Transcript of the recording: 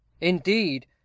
Indeed